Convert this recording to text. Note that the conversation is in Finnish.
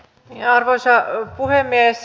arvoisa puhemies